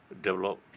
develop